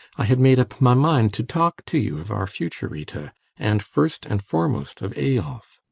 i had made up my mind to talk to you of our future, rita and first and foremost of eyolf.